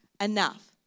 enough